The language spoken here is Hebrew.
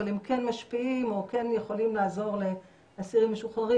אבל הם כן משפיעים או הם כן יכולים לעזור לאסירים משוחררים